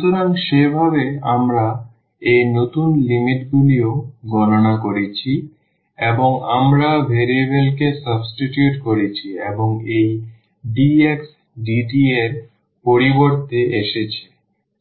সুতরাং সেভাবে আমরা এই নতুন লিমিটগুলিও গণনা করেছি এবং আমরা ভ্যারিয়েবলকে সাবস্টিটিউট করেছি এবং এই dx dt এর পরিবর্তে এসেছে